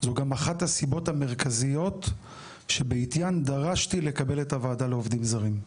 זו גם אחת הסיבות המרכזיות שבעטיין דרשתי לקבל את הוועדה לעובדים זרים.